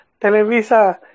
Televisa